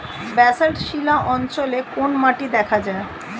Basalt শিলা অঞ্চলে কোন মাটি দেখা যায়?